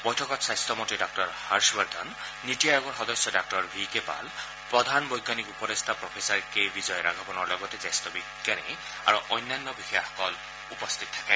বৈঠকত স্বাস্থ্য মন্ত্ৰী ডাঃ হৰ্যবৰ্ধন নীতি আয়োগৰ সদস্য ডাঃ ভি কে পাল প্ৰধান বৈজ্ঞানিক উপদেষ্টা প্ৰফেছাৰ কে বিজয় ৰাঘৱনৰ লগতে জ্যেষ্ঠ বিজ্ঞানী আৰু অন্যান্য বিষয়াসকল উপস্থিত থাকে